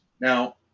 Now